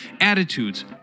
attitudes